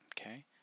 Okay